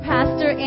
Pastor